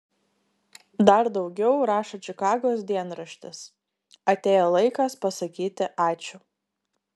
dar daugiau rašo čikagos dienraštis atėjo laikas pasakyti ačiū